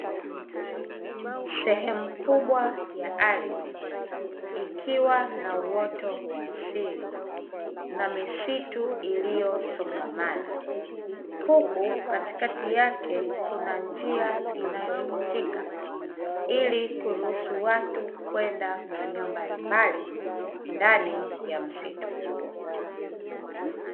Sehemu kubwa ya ardhi, ikiwa na uoto wa asili na misitu iliyosongamana, huku katikati yake kuna njia inayopitika, ili kuruhusu watu kwenda maeneo mbalimbali ndani ya msitu huo.